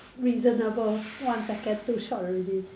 reasonable one second too short already